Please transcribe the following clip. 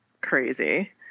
crazy